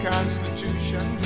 Constitution